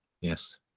Yes